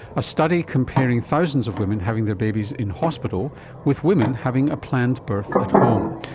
a study comparing thousands of women having their babies in hospital with women having a planned birth at home.